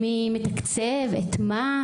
מי מתקצב את מה,